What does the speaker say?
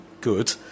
good